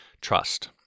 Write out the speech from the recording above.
trust